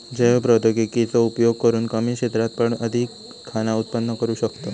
जैव प्रौद्योगिकी चो उपयोग करून कमी क्षेत्रात पण अधिक खाना उत्पन्न करू शकताव